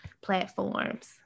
platforms